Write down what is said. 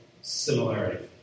similarity